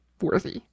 worthy